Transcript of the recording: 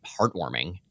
heartwarming